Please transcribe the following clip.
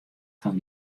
fan